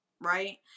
right